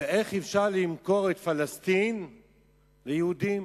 ואיך אפשר למכור את פלסטין ליהודים.